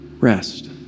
Rest